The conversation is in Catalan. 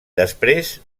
després